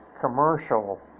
commercial